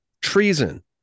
treason